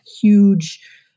huge